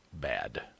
bad